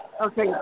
Okay